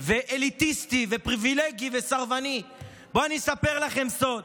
ואליטיסטי ופריבילגי וסרבני, בואו ואספר לכם סוד: